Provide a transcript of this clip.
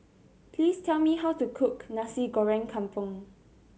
please tell me how to cook Nasi Goreng Kampung